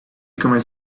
becoming